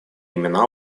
имена